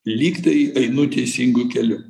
lygtai einu teisingu keliu